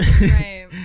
Right